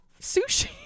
sushi